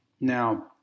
Now